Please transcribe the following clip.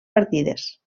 partides